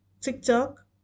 TikTok